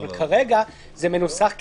כרגע זה מנוסח כתנאי.